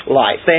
life